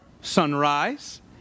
Sunrise